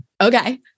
Okay